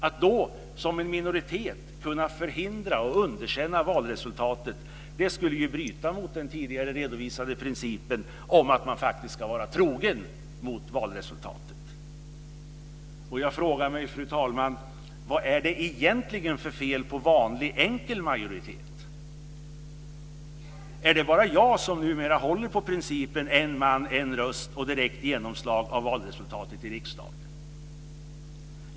Att en minoritet då skulle ha kunnat förhindra och underkänna valresultatet skulle ju bryta mot den tidigare redovisade principen om att man ska vara trogen mot valresultatet. Fru talman! Jag frågar mig: Vad är det egentligen för fel på vanlig enkel majoritet? Är det bara jag som numera håller på principen en man en röst och direkt genomslag av valresultatet i riksdagen?